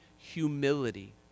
Humility